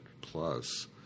plus